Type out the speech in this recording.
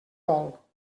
vol